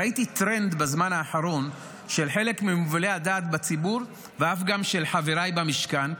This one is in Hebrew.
ראיתי טרנד בזמן האחרון של חלק ממובילי הדעת בציבור ואף של חבריי במשכן,